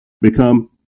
become